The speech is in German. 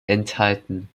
enthalten